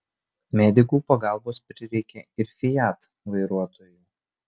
medikų pagalbos prireikė ir fiat vairuotojui